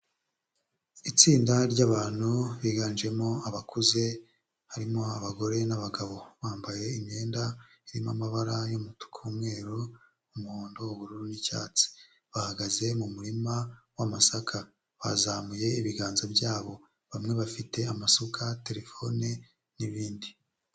Itsinda ry'abantu biganjemo abakuze, harimo abagore n'abagabo bambaye imyenda irimo amabara y'umweru, umuhondo, ubururu n'icyatsi; bahagaze mu muririma wamasaka bazamuye ibiganza byabo bamwe bafite amasuka, terefone n'ibindi.